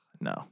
No